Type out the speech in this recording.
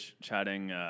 chatting